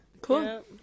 Cool